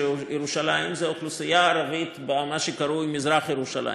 ירושלים הוא האוכלוסייה הערבית במה שקרוי מזרח-ירושלים,